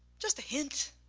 just a hint.